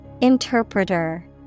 Interpreter